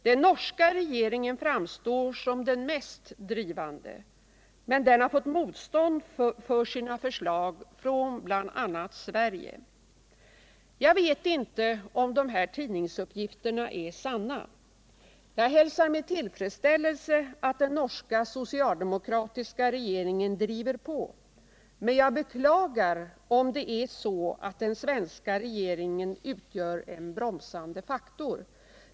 Den norska regeringen framstår som den mest drivande, men den har fått motstånd för sina förslag från bl.a. Sverige. Jag vet inte om dessa tidningsuppgifter är sanna. Jag hälsar med tillfredsställelse att den norska socialdemokratiska regeringen driver på, men jag beklagar om det är så att den svenska regeringen utgör en bromsande faktor.